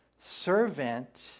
servant